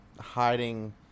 hiding